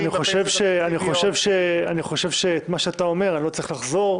אני חושב שעל מה שאתה אומר אני לא צריך לחזור.